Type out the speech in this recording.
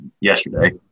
yesterday